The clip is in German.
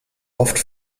oft